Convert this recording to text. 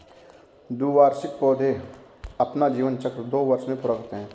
द्विवार्षिक पौधे अपना जीवन चक्र दो वर्ष में पूरा करते है